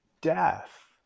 death